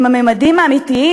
עם הממדים האמיתיים,